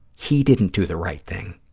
he didn't do the right thing,